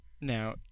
Now